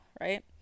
Right